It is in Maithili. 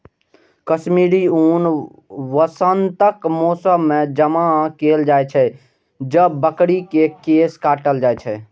कश्मीरी ऊन वसंतक मौसम मे जमा कैल जाइ छै, जब बकरी के केश काटल जाइ छै